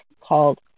called